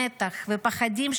מתח ופחדים,